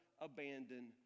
abandon